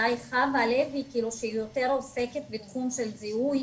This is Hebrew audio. אולי חוה לוי שהיא יותר עוסקת בתחום של זיהוי,